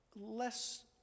Less